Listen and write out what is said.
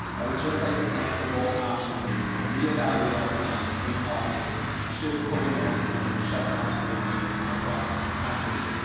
i would just like to plan for both options and reevaluate our plans in august should covid nineteen shut down school districts across the country.